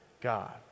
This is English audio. God